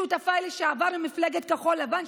שותפיי לשעבר ממפלגת כחול לבן,